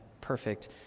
perfect